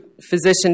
physician